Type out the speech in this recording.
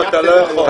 לא, אתה לא יכול.